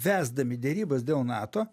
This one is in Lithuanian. vesdami derybas dėl nato